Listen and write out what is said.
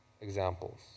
examples